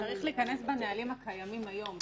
זה צריך להיכנס בנהלים הקיימים היום,